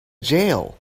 jail